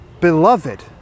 Beloved